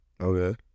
Okay